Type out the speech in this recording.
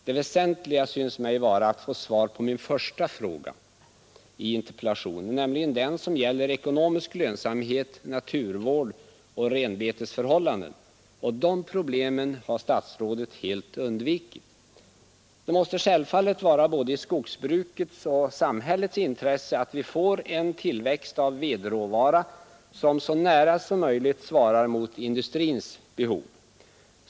Det väsentliga synes mig vara att få svar på min första fråga i interpellationen, nämligen den som gäller ekonomisk lönsamhet, naturvård och renbetesförhållanden. De problemen har statsrådet helt undvikit. Det måste självfallet vara i både skogsbrukets och samhällets intresse att vi får en tillväxt av vedråvara som så nära som möjligt svarar mot industrins behov.